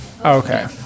Okay